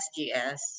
SGS